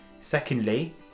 secondly